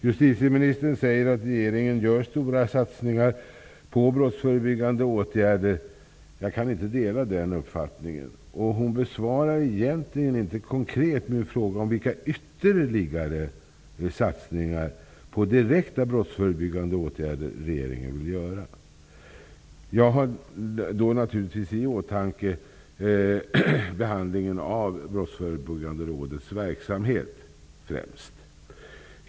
Justitieministern säger att regeringen gör stora satsningar på brottsförebyggande åtgärder. Jag kan inte dela den uppfattningen. Hon besvarar egentligen inte konkret min fråga om vilka ytterligare satsningar på direkta brottsförebyggande åtgärder regeringen vill göra. Jag har därvid givetvis främst i åtanke behandlingen av Brottsförebyggande rådets verksamhet.